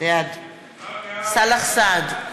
בעד סאלח סעד,